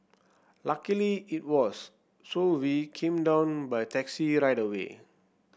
luckily it was so we came down by taxi right away